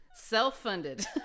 Self-funded